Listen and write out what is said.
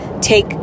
take